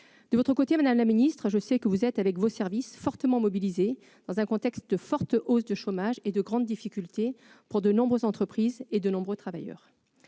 De votre côté, madame la ministre, je sais que vous êtes, avec vos services, fortement mobilisée dans un contexte de forte hausse du chômage et de grandes difficultés pour de nombreuses entreprises et de nombreux travailleurs.